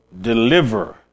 deliver